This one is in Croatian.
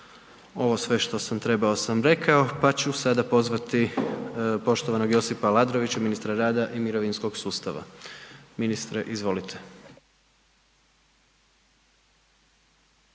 Ono sve što sam trebao sam rekao pa ću sada pozvati poštovanog Josipa Aladrovića ministra rada i mirovinskog sustava. Ministre, izvolite.